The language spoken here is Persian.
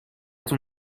تون